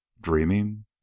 Dreaming